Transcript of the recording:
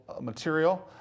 material